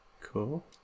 Cool